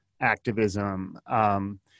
activism